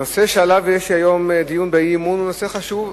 הנושא שעליו יש היום דיון באי-אמון הוא נושא חשוב,